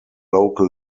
local